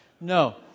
No